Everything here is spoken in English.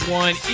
one